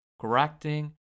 correcting